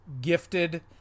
gifted